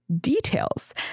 details